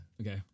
Okay